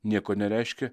nieko nereiškia